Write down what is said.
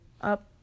Up